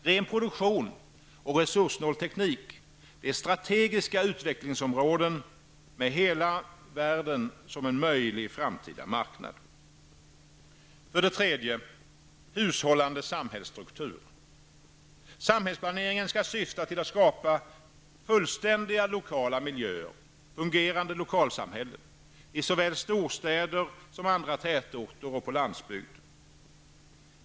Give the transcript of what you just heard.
Ren produktion och resurssnål teknik är strategiska utvecklingsområden, med hela världen som möjlig marknad. Samhällsplaneringen skall syfta till att skapa fullständiga lokala miljöer, fungerande lokalsamhällen, i såväl storstäder som andra tätorter och på landsbygd.